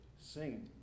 sing